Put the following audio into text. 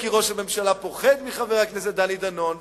כי ראש הממשלה פוחד מחבר הכנסת דני דנון,